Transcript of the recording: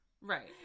right